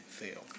fail